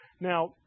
Now